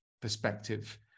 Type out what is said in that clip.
perspective